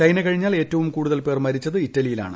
China കഴിഞ്ഞാൽ ഏറ്റവും കൂടുതൽ പേർ മരിച്ചത് ഇറ്റലിയിലാണ്